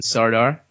Sardar